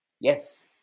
Yes